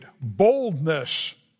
boldness